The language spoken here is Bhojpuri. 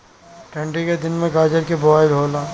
ठन्डी के दिन में गाजर के बोआई होला